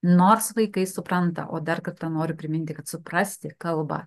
nors vaikai supranta o dar kartą noriu priminti kad suprasti kalbą